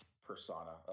persona